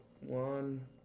one